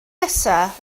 nesaf